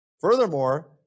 Furthermore